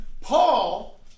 Paul